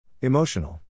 Emotional